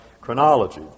chronology